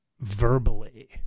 verbally